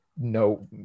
no